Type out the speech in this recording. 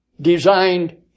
designed